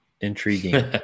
intriguing